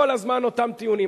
כל הזמן אותם טיעונים,